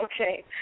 Okay